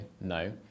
no